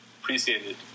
appreciated